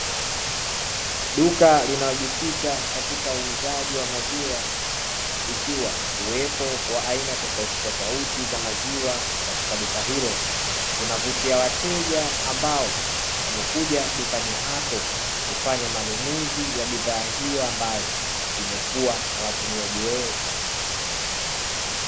Duka linalojikita katika uuzaji wa maziwa, ikiwa uwepo wa aina tofautitofauti za maziwa katika duka hilo unavutia wateja ambao wamekuja dukani hapo kufanya manunuzi ya bidhaa hiyo ambayo imekuwa na watumiaji wengi.